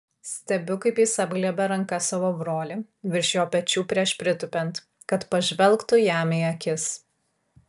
stebiu kaip jis apglėbia ranka savo brolį virš jo pečių prieš pritūpiant kad pažvelgtų jam į akis